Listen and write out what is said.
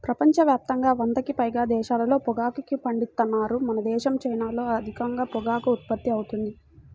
ప్రపంచ యాప్తంగా వందకి పైగా దేశాల్లో పొగాకుని పండిత్తన్నారు మనదేశం, చైనాల్లో అధికంగా పొగాకు ఉత్పత్తి అవుతుంది